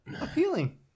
Appealing